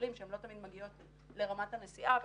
יכולים שלא תמיד מגיעות לרמת הנסיעה אבל